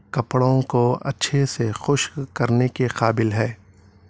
کپڑوں کو اچھے سے خشک کرنے کے قابل ہے